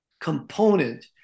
component